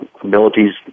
abilities